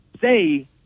say